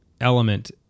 element